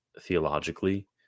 theologically